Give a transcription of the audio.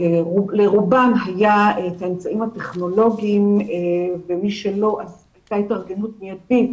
לרובם היו את האמצעים הטכנולוגיים ומי שלא אז הייתה התארגנות מיידית